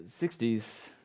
60s